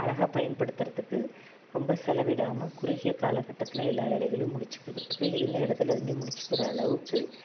அழகாக பயன்படுத்துறதுக்கு ரொம்ப செலவிடாமல் குறுகிய காலகட்டத்தில் எல்லா வேலைகளும் முடிச்சிக்குக்கிறதுக்கு இருந்த இடத்துல இருந்து முடிச்சிக்கிற அளவுக்கு